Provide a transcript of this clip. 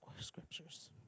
scriptures